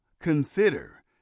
consider